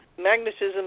magnetism